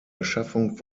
erschaffung